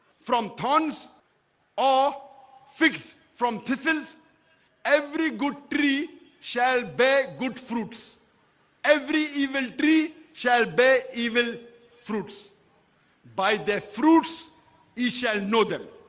from thorns or figs from thistles every good tree shall bear good fruits every evil tree shall bear evil fruits by their fruits you shall know them.